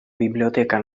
biblioteca